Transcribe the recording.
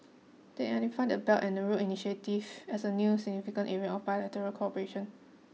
they identified the Belt and Road initiative as a new significant area of bilateral cooperation